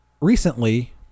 recently